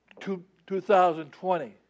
2020